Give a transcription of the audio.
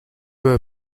peu